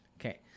Okay